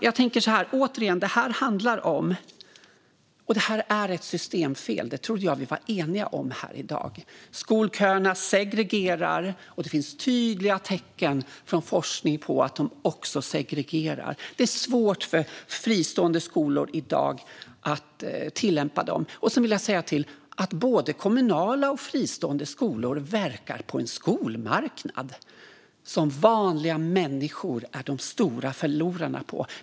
Det här är ett systemfel; det trodde jag att vi var eniga om här i dag. Skolköerna segregerar, och det finns tydliga tecken från forskning på att de också diskriminerar. Det är i dag svårt för fristående skolor att tillämpa dem. Både kommunala och fristående skolor verkar på en skolmarknad som vanliga människor är de stora förlorarna på.